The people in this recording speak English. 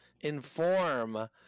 inform